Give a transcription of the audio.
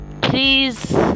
Please